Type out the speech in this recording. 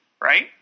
right